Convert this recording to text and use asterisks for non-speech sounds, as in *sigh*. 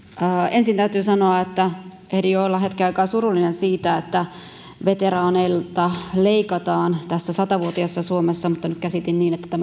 ensin täytyy sanoa että ehdin jo olla hetken aikaa surullinen siitä että veteraaneilta leikataan tässä satavuotiaassa suomessa mutta nyt käsitin niin että *unintelligible*